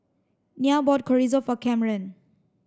Nyah bought Chorizo for Kamren